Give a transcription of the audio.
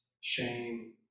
shame